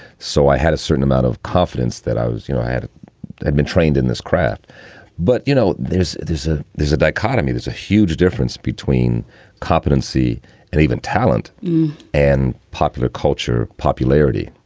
so i had a certain amount of confidence that i was you know, i had been trained in this craft but, you know, there's there's a there's a dichotomy. there's a huge difference between competency and even talent and popular culture popularity.